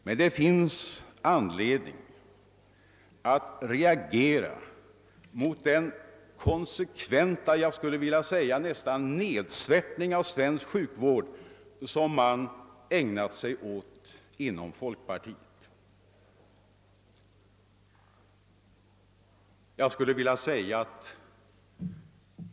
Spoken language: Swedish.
Men det finns anledning att reagera mot den konsekventa, jag skulle nästan vilja säga nedsvärtning av svensk sjukvård som folkpartiet har ägnat sig åt.